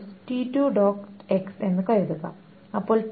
X എന്ന് കരുതുക അപ്പോൾ t3